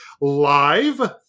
live